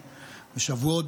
בשבועות,